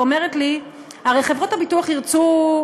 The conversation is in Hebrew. היא אומרת לי: הרי חברות הביטוח ירצו,